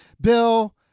bill